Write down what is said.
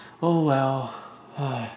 oh well